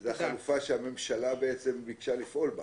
זו החלופה שהממשלה ביקשה לפעול בה.